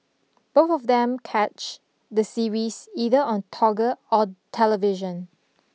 both of them catch the series either on Toggle or television